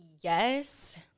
yes